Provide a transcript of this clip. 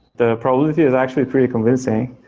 the probability is actually pretty convincing.